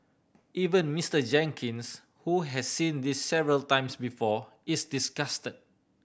even Mister Jenkins who has seen this several times before is disgusted